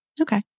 Okay